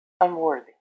unworthy